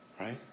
Right